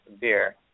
beer